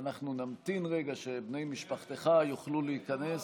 אנחנו נמתין רגע שבני משפחתך יוכלו להיכנס.